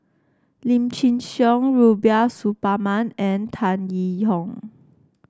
Lim Chin Siong Rubiah Suparman and Tan Yee Hong